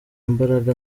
mbaraga